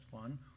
fun